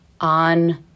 on